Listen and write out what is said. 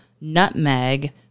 nutmeg